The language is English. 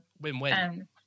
Win-win